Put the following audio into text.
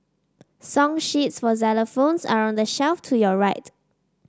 song sheets for xylophones are on the shelf to your right